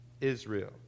Israel